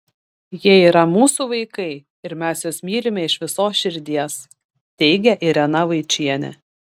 jie yra mūsų vaikai ir mes juos mylime iš visos širdies teigia irena vaičienė